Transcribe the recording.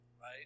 right